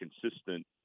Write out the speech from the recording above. consistent